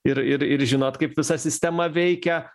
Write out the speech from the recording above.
ir ir ir žinot kaip visa sistema veikia